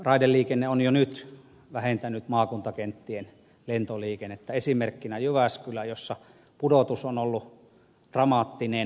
raideliikenne on jo nyt vähentänyt maakuntakenttien lentoliikennettä esimerkkinä jyväskylä jossa pudotus on ollut dramaattinen